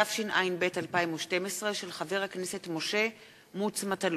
התשע"ב 2012, של חבר הכנסת משה מטלון.